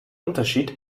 unterschied